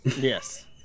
Yes